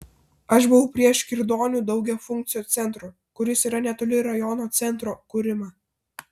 aš buvau prieš kirdonių daugiafunkcio centro kuris yra netoli rajono centro kūrimą